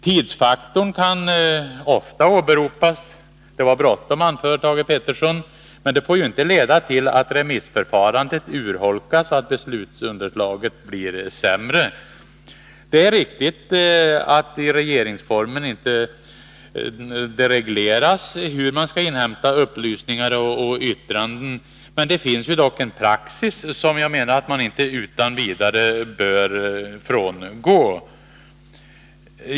Tidsfaktorn kan ofta åberopas — det var bråttom, anför Thage Peterson — men det får ju inte leda till att remissförfarandet urholkas och att beslutsunderlaget blir sämre. Det är riktigt att det inte i regeringsformen regleras hur man skall inhämta upplysningar och yttranden. Men det finns ju dock en praxis, som jag menar att man inte utan vidare bör frångå.